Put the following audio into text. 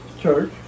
Church